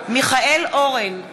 מיכאל אורן,